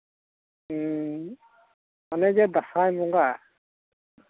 ᱚᱱᱮ ᱡᱮ ᱫᱟᱸᱥᱟᱭ ᱵᱚᱸᱜᱟ